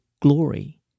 glory